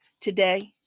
today